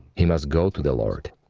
he must go to the lord.